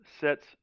sets